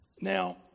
Now